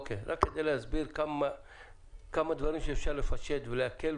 רק כדי להסביר כמה דברים אפשר לפשט ולהקל,